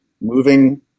moving